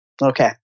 Okay